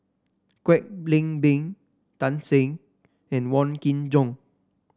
Kwek Leng Beng Tan Shen and Wong Kin Jong